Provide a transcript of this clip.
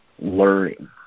Learning